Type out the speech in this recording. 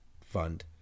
fund